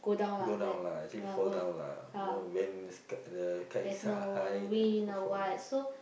go down lah actually fall down lah you know when the sk~ the kites are high then fall down